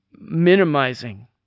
minimizing